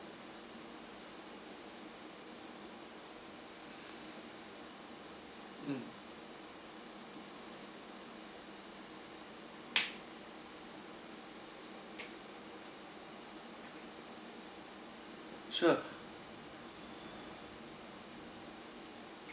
mm sure